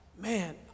Man